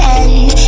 end